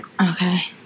Okay